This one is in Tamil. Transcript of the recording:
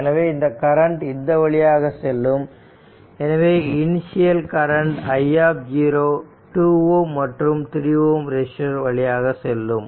எனவே இந்த கரண்ட் இந்த வழியாக செல்லும் எனவே இனிஷியல் கரன்ட் i 2 Ω மற்றும் 3 Ω வழியாக செல்லும்